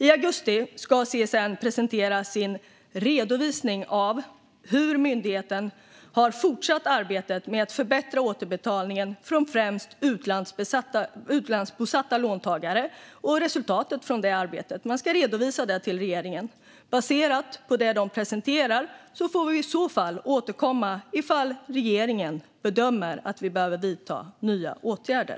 I augusti ska CSN presentera sin redovisning av hur myndigheten har fortsatt sitt arbete med att förbättra återbetalningarna från främst utlandsbosatta låntagare och resultatet av arbetet. Man ska redovisa till regeringen. Baserat på vad de presenterar får regeringen återkomma om vi bedömer att det behöver vidtas nya åtgärder.